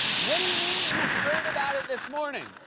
what do you mean you heard about it this morning?